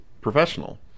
professional